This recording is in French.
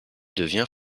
devient